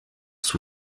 sous